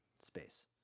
space